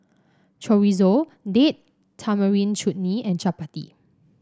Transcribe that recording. Chorizo Date Tamarind Chutney and Chapati